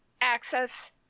access